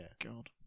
God